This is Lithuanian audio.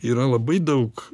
yra labai daug